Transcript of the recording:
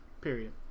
period